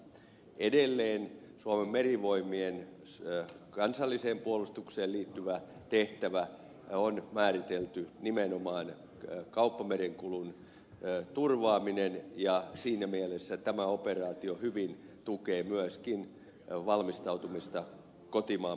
edelleen suomen merivoimien kansalliseen puolustukseen liittyväksi tehtäväksi on määritelty nimenomaan kauppamerenkulun turvaaminen ja siinä mielessä tämä operaatio hyvin tukee myöskin valmistautumista kotimaan puolustukseen